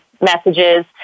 messages